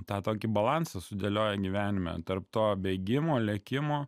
tą tokį balansą sudėlioja gyvenime tarp to bėgimo lėkimo